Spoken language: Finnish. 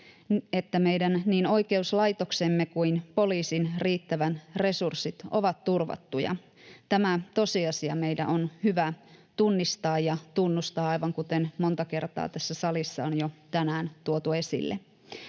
että niin meidän oikeuslaitoksemme kuin poliisin riittävät resurssit ovat turvattuja. Tämä tosiasia meidän on hyvä tunnistaa ja tunnustaa, aivan kuten tässä salissa on tänään jo monta